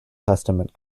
testament